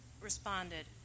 responded